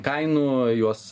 kainų juos